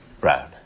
Brown